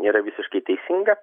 yra visiškai teisinga